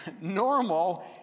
normal